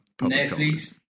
Netflix